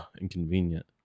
inconvenient